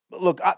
Look